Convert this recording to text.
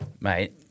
mate